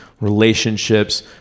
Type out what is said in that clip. relationships